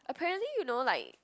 apparently you know like